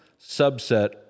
subset